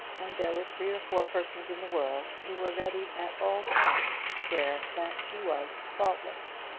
and there were three or four persons in the world who were ready at all times to swear that she was faultless.